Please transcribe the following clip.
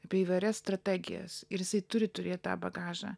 apie įvairias strategijas ir jisai turi turėt tą bagažą